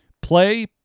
play